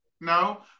No